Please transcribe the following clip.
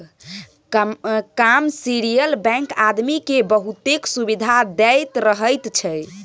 commercial bank आदमी केँ बहुतेक सुविधा दैत रहैत छै